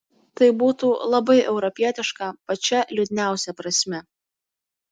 tai būtų labai europietiška pačia liūdniausia prasme